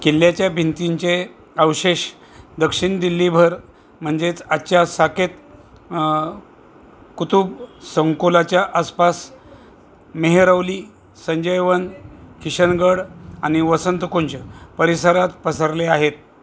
किल्ल्याच्या भिंतींचे अवशेष दक्षिण दिल्लीभर म्हणजेच आजच्या साकेत कुतुब संकुलाच्या आसपास मेहरौली संजय वन किशनगड आणि वसंतकुंज परिसरात पसरले आहेत